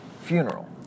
funeral